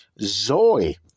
Zoe